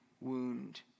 wound